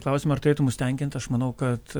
klausimą ar turėtų mus tenkint aš manau kad